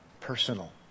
personal